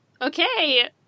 okay